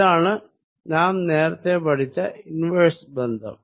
ഇതാണ് നാം നേരത്തെ പഠിച്ച ഇൻവേഴ്സ് ബന്ധം